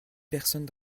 personnes